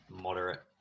moderate